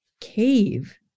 cave